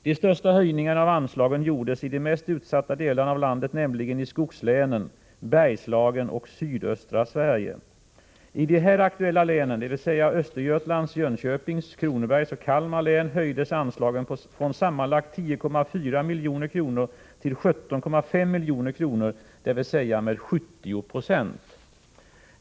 De största höjningarna av anslagen gjordes i de mest utsatta delarna av landet, nämligen i skogslänen, Bergslagen och sydöstra Sverige. I de här aktuella länen, dvs. Östergötlands, Jönköpings, Kronobergs och Kalmar län, höjdes anslagen från sammanlagt 10,4 milj.kr. till 17,5 milj.kr., dvs. med 70 Po.